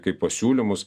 kaip pasiūlymus